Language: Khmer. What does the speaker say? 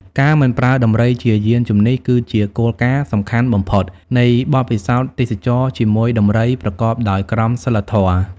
ការមិនប្រើដំរីជាយានជំនិះ គឺជា គោលការណ៍សំខាន់បំផុត នៃបទពិសោធន៍ទេសចរណ៍ជាមួយដំរីប្រកបដោយក្រមសីលធម៌។